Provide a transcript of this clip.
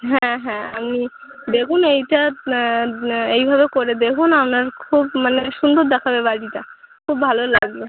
হ্যাঁ হ্যাঁ আমি দেখুন এইটা এইভাবে করে দেখুন আমনার খুব মানে সুন্দর দেখাবে বাড়িটা খুব ভালো লাগবে